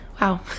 wow